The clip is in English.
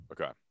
Okay